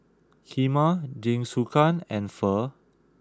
Kheema Jingisukan and Pho